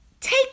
take